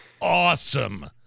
awesome